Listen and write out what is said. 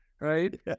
right